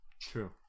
True